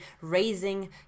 raising